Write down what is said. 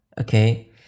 okay